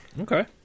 Okay